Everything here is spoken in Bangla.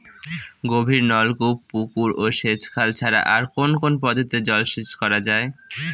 গভীরনলকূপ পুকুর ও সেচখাল ছাড়া আর কোন কোন পদ্ধতিতে জলসেচ করা যায়?